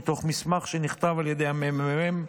מתוך מסמך שנכתב על ידי הממ"מ,